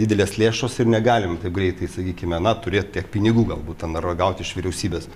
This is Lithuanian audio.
didelės lėšos ir negalim taip greitai sakykime na turėt tiek pinigų galbūt ten ar gaut iš vyriausybės